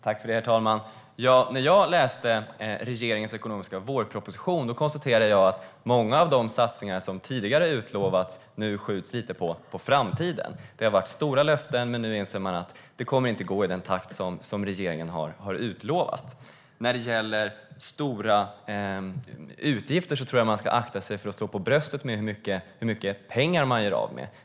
Herr talman! När jag läste regeringens ekonomiska vårproposition konstaterade jag att många av de satsningar som tidigare utlovats nu skjuts på framtiden. Det har varit stora löften, men nu inser man att det inte kommer att gå i den takt som regeringen har utlovat. När det gäller stora utgifter tror jag att man ska akta sig för att slå sig för bröstet över hur mycket pengar man gör av med.